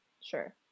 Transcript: sure